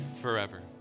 forever